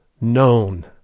known